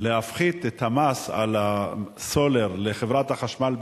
להפחית את המס על הסולר לחברת החשמל ב-90%.